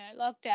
lockdown